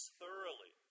thoroughly